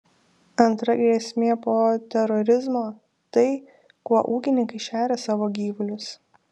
antra grėsmė po terorizmo tai kuo ūkininkai šeria savo gyvulius